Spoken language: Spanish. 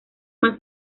más